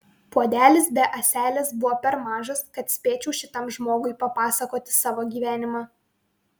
puodelis be ąselės buvo per mažas kad spėčiau šitam žmogui papasakoti savo gyvenimą